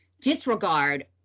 disregard